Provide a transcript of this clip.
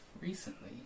recently